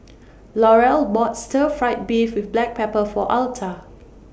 Laurel bought Stir Fried Beef with Black Pepper For Alta